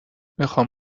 میخوام